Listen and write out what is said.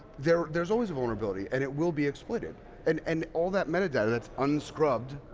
there's there's always a vulnerability and it will be exploited and and all that metadata, it's unscrubbed.